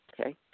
Okay